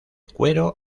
cuero